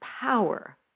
power